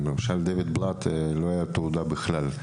למשל: לדיוויד בלאט לא הייתה תעודה בכלל,